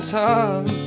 time